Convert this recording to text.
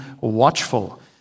watchful